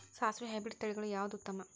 ಸಾಸಿವಿ ಹೈಬ್ರಿಡ್ ತಳಿಗಳ ಯಾವದು ಉತ್ತಮ?